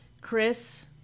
Chris